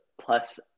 plus